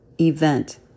event